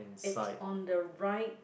it's on the right